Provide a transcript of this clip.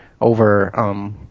over